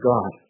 God